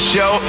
Show